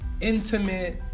intimate